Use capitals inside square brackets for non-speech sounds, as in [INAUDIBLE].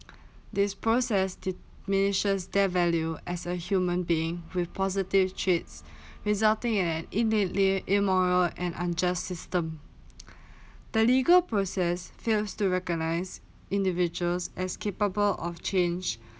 [NOISE] this process d~ measures death value as a human being with positive traits [BREATH] resulting an innately immoral and unjust system [BREATH] the legal process fails to recognise individuals as capable of change [BREATH]